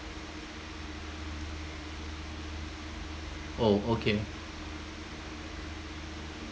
oh okay